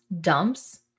dumps